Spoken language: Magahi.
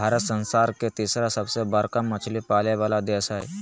भारत संसार के तिसरा सबसे बडका मछली पाले वाला देश हइ